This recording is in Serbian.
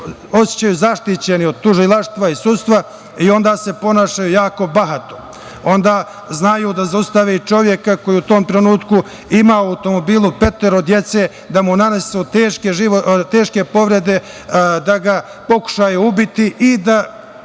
osećaju zaštićeni od tužilaštva i sudstva i onda se ponašaju jako bahato. Onda znaju da zaustave i čoveka koji u tom trenutku ima u automobilu petoro dece, da mu nanesu teške povrede, da ga pokušaju ubiti i da